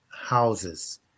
houses